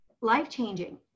life-changing